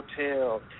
hotel